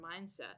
mindset